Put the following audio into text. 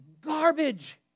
garbage